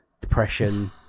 depression